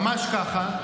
ממש ככה,